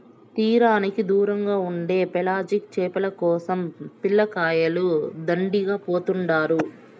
తీరానికి దూరంగా ఉండే పెలాజిక్ చేపల కోసరం పిల్లకాయలు దండిగా పోతుండారు